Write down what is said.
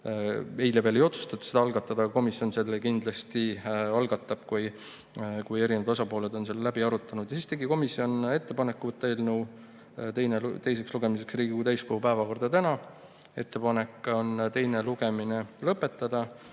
Eile veel ei otsustatud seda algatada, aga komisjon selle kindlasti algatab, kui eri osapooled on selle läbi arutanud. Siis tegi komisjon ettepaneku võtta eelnõu teiseks lugemiseks Riigikogu täiskogu päevakorda tänaseks. Ettepanek on teine lugemine lõpetada